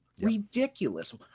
Ridiculous